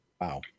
wow